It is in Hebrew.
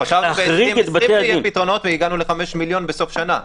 צריך שיהיו פתרונות והגענו ל-5 מיליון בסוף שנה.